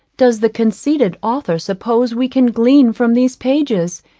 does the conceited author suppose we can glean from these pages,